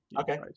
okay